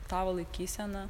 tavo laikysena